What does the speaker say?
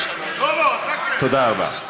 תנו לי לפי שיקול דעתי לנהל את הישיבה הזאת,